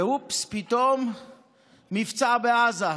אופס, פתאום מבצע בעזה.